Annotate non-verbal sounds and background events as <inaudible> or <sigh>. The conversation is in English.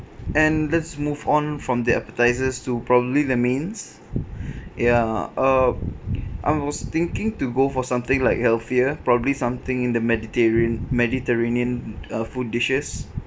and let's move on from the appetisers to probably the mains <breath> ya uh I was thinking to go for something like healthier probably something in the mediterran~ mediterranean uh food dishes